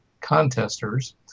contesters